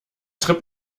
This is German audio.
trip